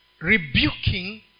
rebuking